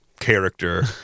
character